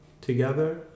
together